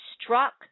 struck